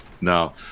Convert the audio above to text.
Now